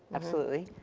absolutely.